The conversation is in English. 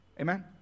Amen